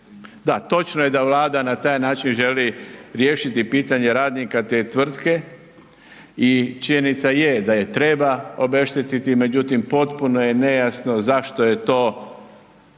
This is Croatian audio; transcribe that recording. Da, točno je da Vlada na taj način želi rještiti pitanje radnika te tvrtke i činjenica je da ih treba obeštetiti, međutim potpuno je nejasno zašto je to